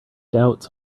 doubts